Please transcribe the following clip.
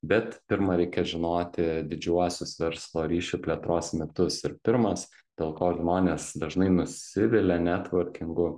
bet pirma reikia žinoti didžiuosius verslo ryšių plėtros mitus ir pirmas dėl ko žmonės dažnai nusivilia netvorkingu